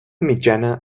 mitjana